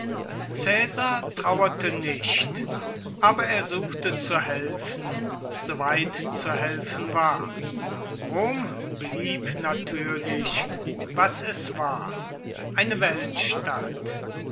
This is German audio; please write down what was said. trauerte nicht aber er suchte zu helfen soweit zu helfen war rom blieb natürlich was es war eine